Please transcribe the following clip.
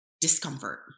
discomfort